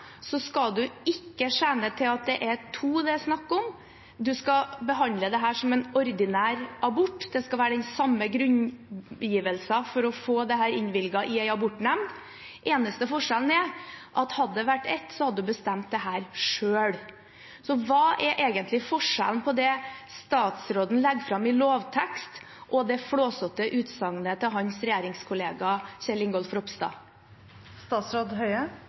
det er to det er snakk om. Man skal behandle det som en ordinær abort, det skal være den samme begrunnelsen for å få den innvilget i en abortnemnd. Den eneste forskjellen er at hadde det vært ett, hadde man bestemt dette selv. Så hva er egentlig forskjellen på det statsråden legger fram i lovtekst, og det flåsete utsagnet fra hans regjeringskollega Kjell Ingolf Ropstad?